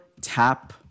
tap